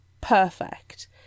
perfect